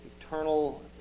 eternal